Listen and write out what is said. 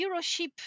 Euroship